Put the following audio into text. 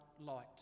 light